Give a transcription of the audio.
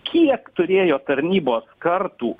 kiek turėjo tarnybos kartų